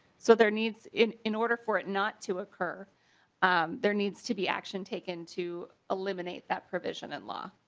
so there needs it in order for it not to tucker i'm there needs to be action taken to eliminate that provision of and law.